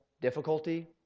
difficulty